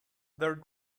their